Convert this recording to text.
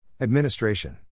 Administration